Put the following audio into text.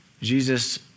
Jesus